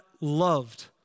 loved